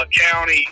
County